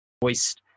voiced